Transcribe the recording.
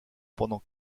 pendant